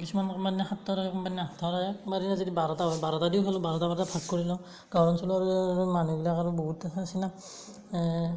কিছুমান কোনবা দিনা সাতটাও থাকে কোনবা দিনা আঠটাও থাকে কোনবা দিনা যদি বাৰটা হয় বাৰটা দিওঁ খেলোঁ বাৰটা বাৰটা ভাগ কৰি লওঁ গাঁও অঞ্চলৰ মানুহবিলাক আৰু বহুত থাকে চিনা